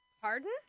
Pardon